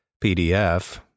PDF